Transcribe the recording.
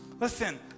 listen